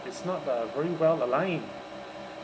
it's not uh very well aligned